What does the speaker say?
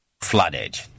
flooded